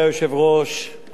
חברי השרים,